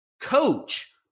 coach